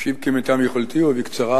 אשיב כמיטב יכולתי ובקצרה,